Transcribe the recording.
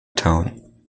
town